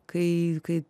kai kai